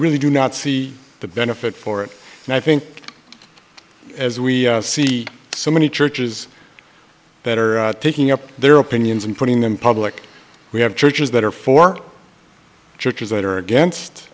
really do not see the benefit for it and i think as we see so many churches that are taking up their opinions and putting them in public we have churches that are for churches that are against